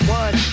one